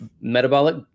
metabolic